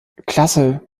klasse